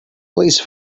please